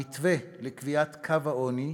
המתווה לקביעת קו העוני,